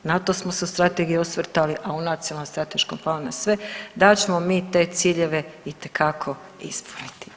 Na to smo se u strategiji osvrtali, a u Nacionalnom strateškom planu na sve, da ćemo mi te ciljeve itekako ispraviti.